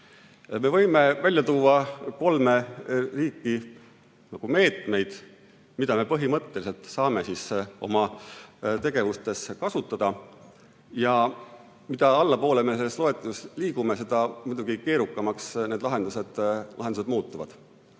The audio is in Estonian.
Me võime välja tuua kolme liiki meetmeid, mida me põhimõtteliselt saame oma tegevustes kasutada. Mida allapoole me selles loetelus liigume, seda keerukamaks muidugi need lahendused muutuvad.